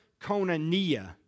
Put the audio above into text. Konania